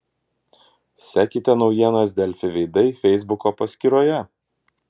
sekite naujienas delfi veidai feisbuko paskyroje